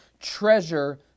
treasure